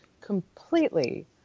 completely